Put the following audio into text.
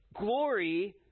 Glory